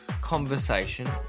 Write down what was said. conversation